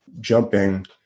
jumping